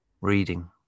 reading